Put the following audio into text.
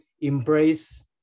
embrace